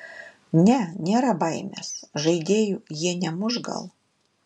ne nėra baimės žaidėjų jie nemuš gal